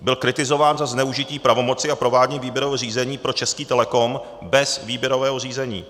Byl kritizován za zneužití pravomoci a provádění výběrového řízení pro Český Telecom bez výběrového řízení.